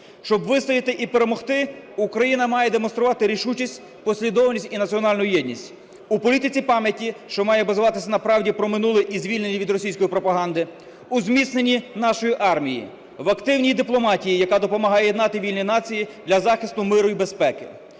Щоб вистояти і перемогти Україна має демонструвати рішучість, послідовність і національну єдність. У політиці пам'яті, що має базуватись на правді про минуле і звільнення від російської пропаганди, у зміцненні нашої армії, в активній дипломатії, яка допомагає єднати вільні нації для захисту миру і безпеки.